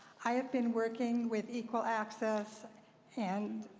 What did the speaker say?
i have been working with equal access and